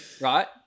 Right